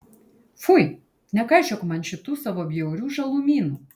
fui nekaišiok man šitų savo bjaurių žalumynų